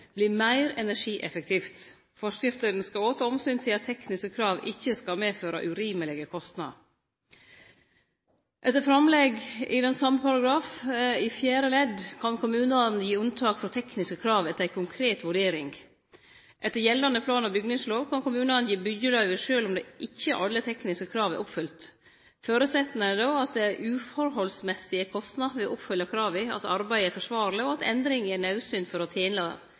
meir energieffektivt. Forskriftene skal òg ta omsyn til at tekniske krav ikkje skal medføre urimelege kostnader. Etter framlegg til endring i den same paragrafen, i fjerde ledd, kan kommunen gi unntak frå tekniske krav etter ei konkret vurdering. Etter gjeldande plan- og bygningslov kan kommunane gi byggjeløyve sjølv om ikkje alle tekniske krav er oppfylte. Føresetnaden er då at det er uforholdsmessige kostnader ved å oppfylle krava, at arbeidet er forsvarleg, og at endringa er naudsynt for å